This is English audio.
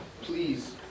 please